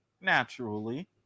naturally